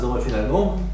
finalement